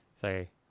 Sorry